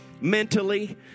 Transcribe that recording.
Mentally